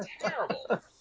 Terrible